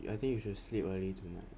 I think you should sleep early tonight